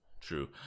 true